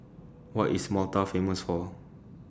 What IS Malta Famous For